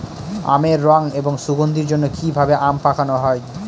আমের রং এবং সুগন্ধির জন্য কি ভাবে আম পাকানো হয়?